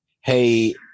hey